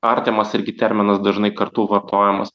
artimas irgi terminas dažnai kartu vartojamas